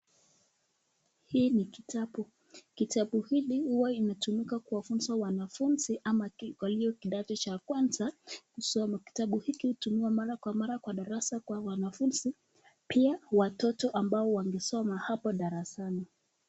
Hii ni kitabu. Kitabu hili huwa inatumiwa kuwafunza wanafunzi ama walioko kidato cha kwanza kusoma. Kitabu hiki hutumiwa mara kwa mara kwa darasa kwa wanafunzi pia, watoto ambao wangesoma hapo darasani.